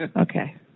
Okay